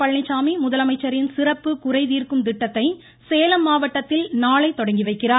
பழனிச்சாமி முதலமைச்சரின் சிறப்பு குறை தீர்க்கும் திட்டத்தை சேலம் மாவட்டத்தில் நாளை தொடங்கிவைக்கிறார்